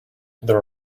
there